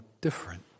different